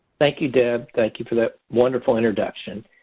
thank you, deb. thank you for that wonderful introduction.